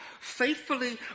faithfully